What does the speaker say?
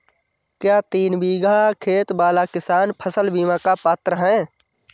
क्या तीन बीघा खेत वाला किसान फसल बीमा का पात्र हैं?